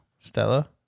Stella